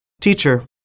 Teacher